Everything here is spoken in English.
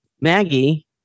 Maggie